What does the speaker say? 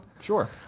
Sure